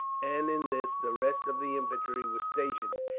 and in this the rest of the infantry were stationed,